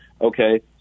okay